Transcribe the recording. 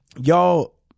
y'all